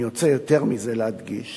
אני רוצה, יותר מזה, להדגיש